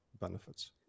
benefits